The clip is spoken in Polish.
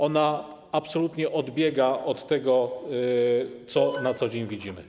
Ona absolutnie odbiega od tego, co na co dzień widzimy.